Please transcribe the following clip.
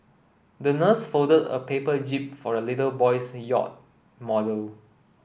the nurse folded a paper jib for the little boy's yacht model